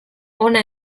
hona